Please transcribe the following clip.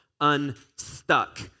Unstuck